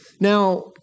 Now